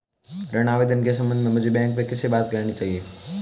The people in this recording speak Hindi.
ऋण आवेदन के संबंध में मुझे बैंक में किससे बात करनी चाहिए?